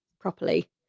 properly